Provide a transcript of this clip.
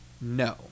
No